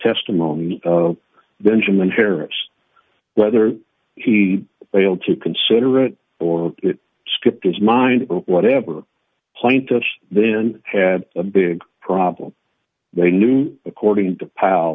testimony benjamin harris whether he failed to consider it or it skipped is mind or whatever plaintiff then had a big problem they knew according to pal